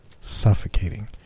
Suffocating